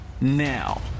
now